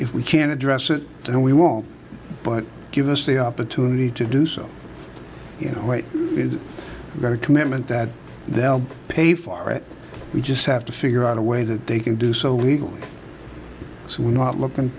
if we can address it and we won't but give us the opportunity to do so you know what is going to commitment that they'll pay for it we just have to figure out a way that they can do so legally so we're not looking